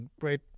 great